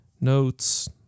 notes